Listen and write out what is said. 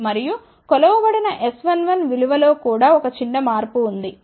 మరియు కొలవబడిన S11 విలువ లో కూడా ఒక చిన్న మార్పు ఉంది